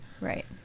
Right